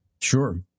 Sure